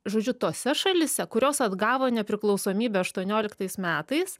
žodžiu tose šalyse kurios atgavo nepriklausomybę aštuonioliktais metais